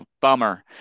Bummer